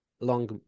long